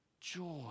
joy